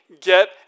get